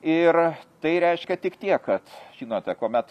ir tai reiškia tik tiek kad žinote kuomet